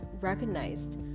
recognized